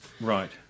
right